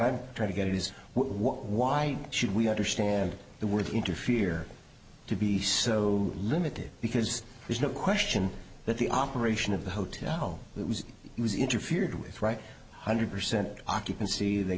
i'm trying to get is why should we understand the word interfere to be so limited because there's no ssion but the operation of the hotel that was it was interfered with right hundred percent occupancy they